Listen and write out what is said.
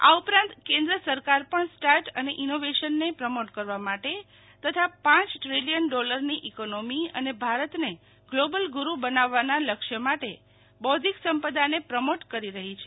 આ ઉપરાંત કેન્દ્ર સરકાર પણ સ્ટાર્ટ અને ઇનોવેશનને પ્રમોટ કરવા માટે તથા પ ટ્રિલિયન ડોલરની ઇકોનોમી અને ભારતને ગ્લોબલ ગુરુ બનાવવાના લક્ષ્ય માટે બૌદ્ધિક સંપદાને પ્રમોટ કરી રહી છે